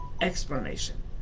explanation